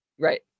right